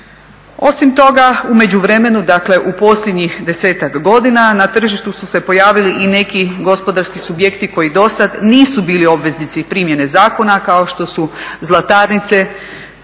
dakle u posljednjih 10-ak godina na tržištu su se pojavili i neki gospodarski subjekti koji dosad nisu bili obveznici primjene zakona kao što su zlatarnice,